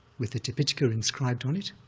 with the tipitaka inscribed on it.